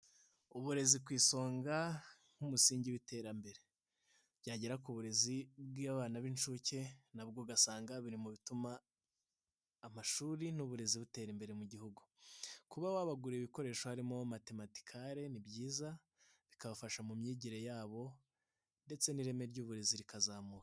Uburezi ku isonga nk'umusingi w'iterambere byagera ku burezi bw'abana b'incuke nabwo ugasanga biri mu bituma amashuri n'uburezi butera imbere mu gihugu, kuba wabagurira ibikoresho harimo matematikale ni byiza bikabafasha mu myigire yabo ndetse n'ireme ry'uburezi rikazamuka.